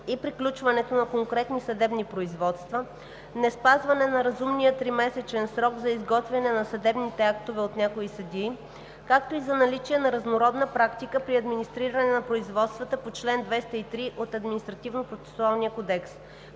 и приключването на конкретни съдебни производства, неспазване на разумния тримесечен срок за изготвяне на съдебните актове от някои съдии, както и за наличие на разнородна практика при администриране на производствата по чл. 203 от Административнопроцесуалния кодекс.